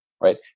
right